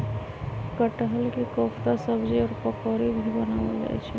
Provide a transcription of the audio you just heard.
कटहल के कोफ्ता सब्जी और पकौड़ी भी बनावल जा हई